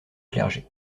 clergé